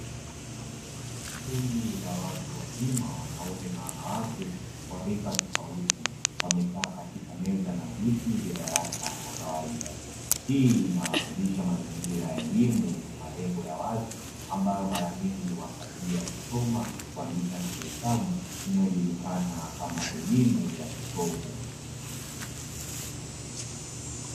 Kundi la watu wazima, wanaume na wanawake wa rika tofauti, wamekaa katika meza na viti vya darasa la kawaida. Hii inawakilisha mazingira ya elimu yenye malengo ya wazi ambayo mara nyingi huangazia kusoma, kuandika na kuhesabu inayojulikana kama elimu ya kisomo.